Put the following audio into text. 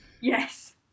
Yes